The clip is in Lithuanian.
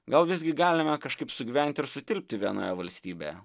gal visgi galima kažkaip sugyventi ir sutilpti vienoje valstybėje